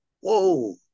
whoa